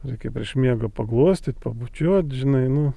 reikia prieš miegą paglostyt pabučiuot žinai nu